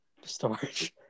storage